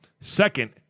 Second